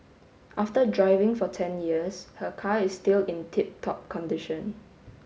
after driving for ten years her car is still in tip top condition